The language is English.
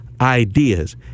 ideas